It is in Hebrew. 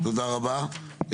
תודה רבה.